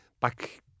back